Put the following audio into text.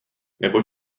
nebo